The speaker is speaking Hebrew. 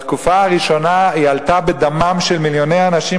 בתקופה הראשונה היא עלתה בדמם של מיליוני אנשים